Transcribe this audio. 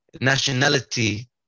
nationality